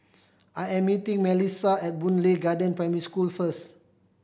I am meeting Mellissa at Boon Lay Garden Primary School first